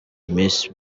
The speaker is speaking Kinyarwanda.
miss